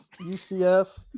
UCF